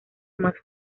más